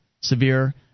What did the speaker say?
severe